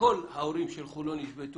כל ההורים של חולון ישבתו,